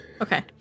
Okay